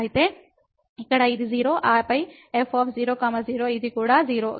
అయితే ఇక్కడ ఇది 0 ఆపై f 00 ఇది కూడా 0